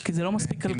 כי זה לא מספיק כלכלי.